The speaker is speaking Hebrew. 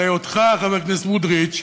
הרי אותך, חבר הכנסת סמוטריץ,